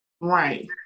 Right